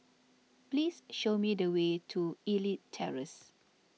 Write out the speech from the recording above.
please show me the way to Elite Terrace